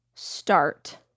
start